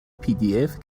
pdf